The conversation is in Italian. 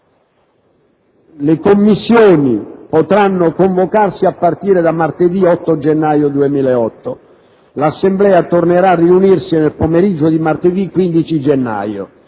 le Commissioni potranno convocarsi a partire da martedì 8 gennaio 2008. L'Assemblea tornerà a riunirsi nel pomeriggio di martedì 15 gennaio.